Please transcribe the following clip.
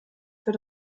für